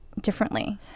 differently